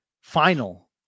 final